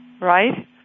right